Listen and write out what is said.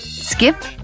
Skip